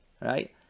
right